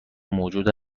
موجود